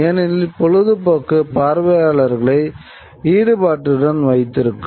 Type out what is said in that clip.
ஏனெனில் பொழுதுபோக்கு பார்வையாளர்களை ஈடுபாட்டுடன் வைத்திருக்கும்